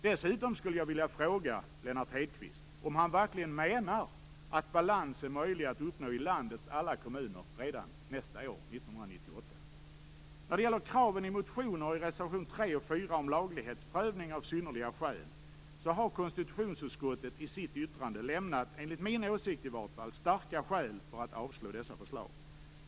Dessutom skulle jag vilja fråga Lennart Hedquist om han verkligen menar att balans är möjlig att uppnå i landets alla kommuner redan nästa år, dvs. 1998. När det gäller kraven i motioner och i reservation 3 och 4 om laglighetsprövning av synnerliga skäl har konstitutionsutskottet i sitt yttrande lämnat, i varje fall enligt min åsikt, starka skäl för att avslå dessa förslag.